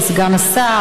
סגן השר,